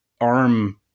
arm